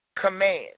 command